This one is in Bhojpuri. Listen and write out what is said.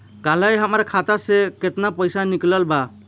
काल्हे हमार खाता से केतना पैसा निकलल बा?